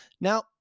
Now